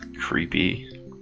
Creepy